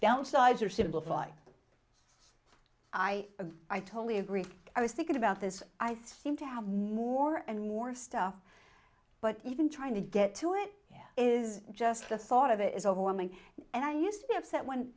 downsize or simplified i a i totally agree i was thinking about this i seem to have more and more stuff but even trying to get to it there is just the thought of it is overwhelming and i used to be upset when